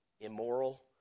Immoral